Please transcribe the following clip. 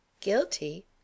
Guilty